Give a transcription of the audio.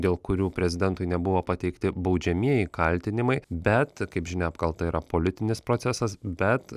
dėl kurių prezidentui nebuvo pateikti baudžiamieji kaltinimai bet kaip žinia apkalta yra politinis procesas bet